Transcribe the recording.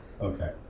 Okay